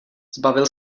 zbavil